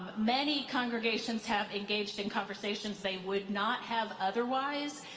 many congregations have engaged in conversations they would not have otherwise.